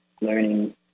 learning